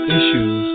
issues